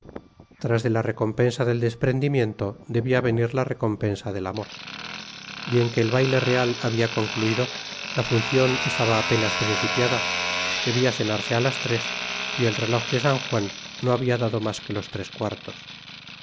tras de la recompensa del desprendimiento debia venir la recompensa del amor bien que el baile real habia concluido la funcion estaba apenas principiada debia cenarse á las tres y el reloj de san juan no habia dado mas que los tres cuaros en